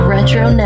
Retro